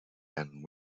and